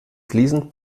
fließend